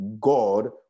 god